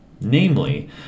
Namely